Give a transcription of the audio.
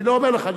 אני לא אומר לך.